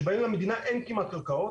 שבהם למדינה אין כמעט קרקעות,